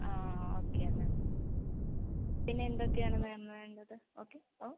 ആ okay ma'am പിന്നെ എന്തൊക്കെയാണ് മാം വേണ്ടത് ഓക്കെ ഓ